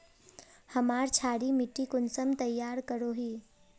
हमार क्षारी मिट्टी कुंसम तैयार करोही?